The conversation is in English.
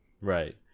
Right